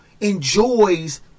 enjoys